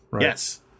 Yes